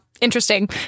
interesting